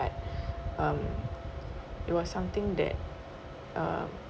but um it was something that um